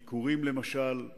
למשל,